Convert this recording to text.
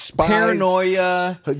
Paranoia